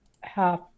half